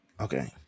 Okay